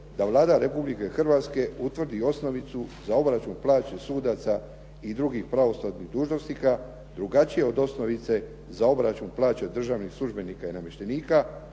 da Vlada Republike Hrvatske utvrdi i osnovicu za obračun plaće sudaca i drugih pravosudnih dužnosnika drugačije od osnovice za obračun plaće državnih službenika i namještenika